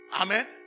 Amen